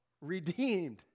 redeemed